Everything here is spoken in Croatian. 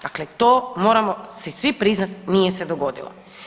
Dakle, to moramo si svi priznati nije se dogodilo.